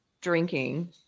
drinking